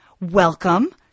welcome